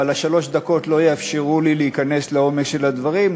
אבל שלוש הדקות לא יאפשרו לי להיכנס לעומק של הדברים,